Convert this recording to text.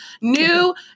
new